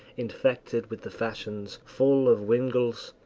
infected with the fashions, full of windgalls,